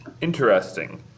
Interesting